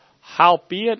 Howbeit